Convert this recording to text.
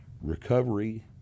recovery